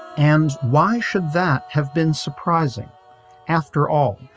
and why should that have been surprising after all,